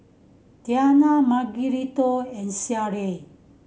Tianna Margarito and Sheryll